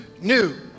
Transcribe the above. new